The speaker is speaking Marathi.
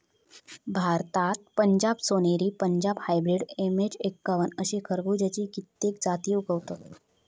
भारतात पंजाब सोनेरी, पंजाब हायब्रिड, एम.एच एक्कावन्न अशे खरबुज्याची कित्येक जाती उगवतत